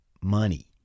money